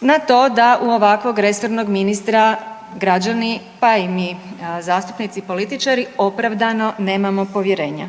na to da u ovakvog resornog ministra građani, pa i mi zastupnici i političari opravdano nemamo povjerenja.